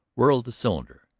whirled the cylinder,